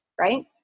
right